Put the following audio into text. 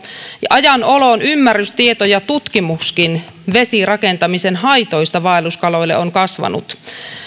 ja ajan oloon ymmärrys tieto ja tutkimuskin vesirakentamisen haitoista vaelluskaloille on kasvanut